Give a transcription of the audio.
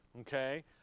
Okay